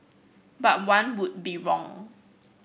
but one would be wrong